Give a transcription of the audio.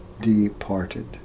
departed